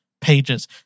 pages